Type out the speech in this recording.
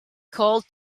called